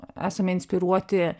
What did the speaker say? esame inspiruoti